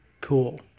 cool